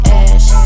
ash